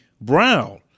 brown